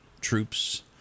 troops